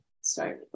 Sorry